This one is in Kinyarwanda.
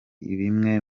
bimwe